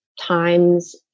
times